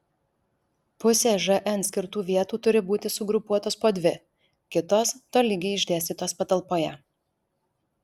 pusė žn skirtų vietų turi būti sugrupuotos po dvi kitos tolygiai išdėstytos patalpoje